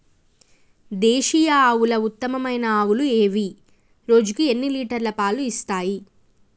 దేశీయ ఆవుల ఉత్తమమైన ఆవులు ఏవి? రోజుకు ఎన్ని లీటర్ల పాలు ఇస్తాయి?